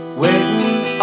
waiting